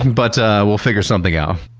but we'll figure something out.